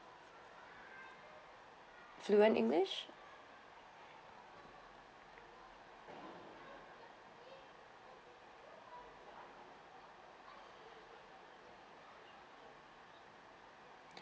fluent english